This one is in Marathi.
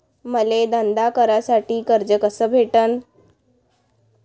मले धंदा करासाठी कर्ज कस भेटन?